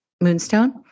Moonstone